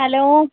hello